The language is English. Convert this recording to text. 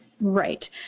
right